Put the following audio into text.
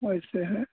वैसे है